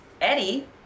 Eddie